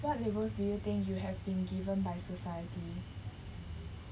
what labels do you think you have been given by society